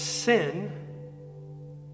Sin